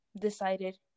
decided